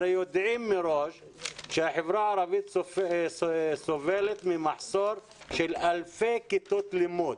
יודעים מראש שהחברה הערבית סובלת ממחסור של אלפי כיתות לימוד.